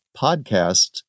Podcast